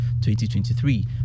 2023